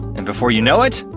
and before you know it,